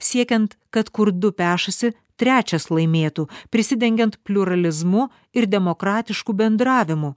siekiant kad kur du pešasi trečias laimėtų prisidengiant pliuralizmu ir demokratišku bendravimu